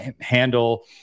handle